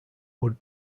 would